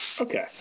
okay